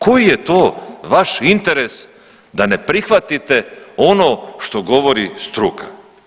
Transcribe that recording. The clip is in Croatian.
Koji je to vaš interes da ne prihvatite ono što govori struka?